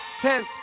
ten